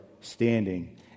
standing